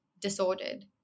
disordered